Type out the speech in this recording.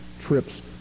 trips